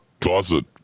closet